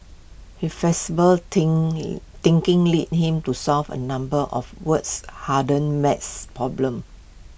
he flexible think thinking lead him to solve A number of world's harden maths problems